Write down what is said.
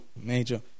Major